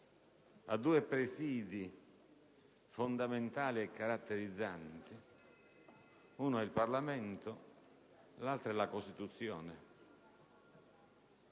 ha due presìdi fondamentali e caratterizzanti: uno è il Parlamento, l'altro è la Costituzione.